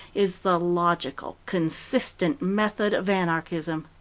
is the logical, consistent method of anarchism.